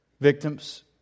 victims